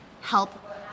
help